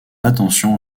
attention